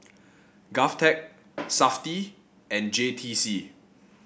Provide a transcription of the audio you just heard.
Govtech Safti and J T C